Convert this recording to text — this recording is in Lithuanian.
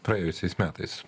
praėjusiais metais